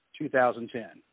2010